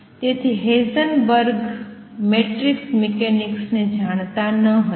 તેથી Heisenberg matrix mechanics ને જાણતા ન હતા